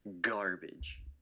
garbage